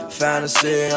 fantasy